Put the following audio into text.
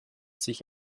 sich